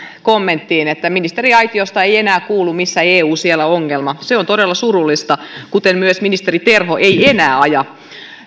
kommenttiin että ministeriaitiosta ei enää kuulu missä eu siellä ongelma se on todella surullista kuten myöskään ministeri terho ei enää aja